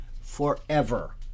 forever